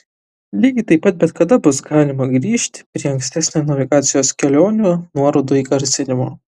lygiai taip pat bet kada bus galima grįžti prie ankstesnio navigacijos kelionių nuorodų įgarsinimo